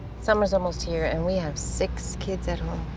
summer's almost here and we have six kids at home.